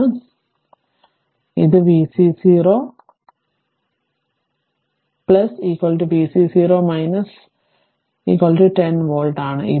ഞാൻ ഇത് മായ്ക്കട്ടെ ഇത് vc 0 vc 0 10 വോൾട്ട് ആണ്